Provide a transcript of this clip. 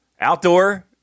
Outdoor